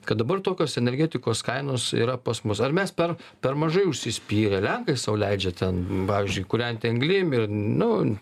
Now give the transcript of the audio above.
kad dabar tokios energetikos kainos yra pas mus ar mes per per mažai užsispyrę lenkai sau leidžia ten pavyzdžiui kūrenti anglim ir nu